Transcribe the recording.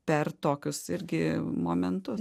per tokius irgi momentus